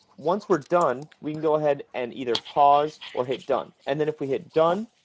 once we're done we can go ahead and either pause or hit done, and then if we hit done,